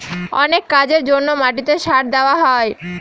অনেক কাজের জন্য মাটিতে সার দেওয়া হয়